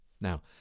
Now